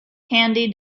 candy